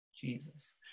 Jesus